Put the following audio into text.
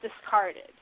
discarded